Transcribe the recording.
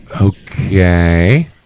Okay